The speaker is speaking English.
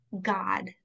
God